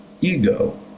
ego